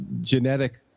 genetic